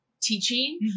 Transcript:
teaching